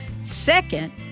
Second